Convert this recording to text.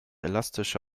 elastische